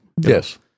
yes